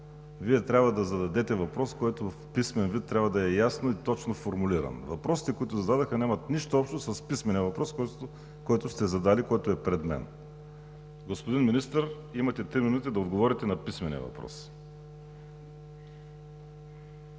Вие трябва да зададете въпрос, който в писмен вид да е ясно и точно формулиран. Въпросите, които зададохте, нямат нищо общо с писмения въпрос, който сте задали и е пред мен. Господин Министър, имате три минути да отговорите на писмения въпрос.